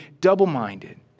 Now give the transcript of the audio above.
double-minded